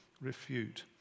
refute